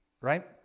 right